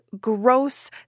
gross